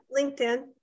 LinkedIn